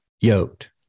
yoked